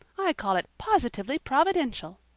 i call it positively providential.